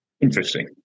interesting